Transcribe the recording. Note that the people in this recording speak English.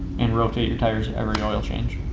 and rotate your tires at every oil change.